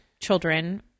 children